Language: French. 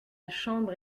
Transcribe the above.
chambre